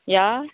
या